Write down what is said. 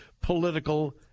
political